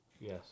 Yes